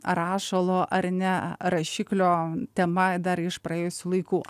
rašalo ar ne rašiklio tema dar iš praėjusių laikų